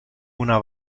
una